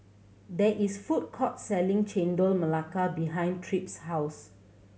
there is food court selling Chendol Melaka behind Tripp's house